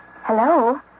Hello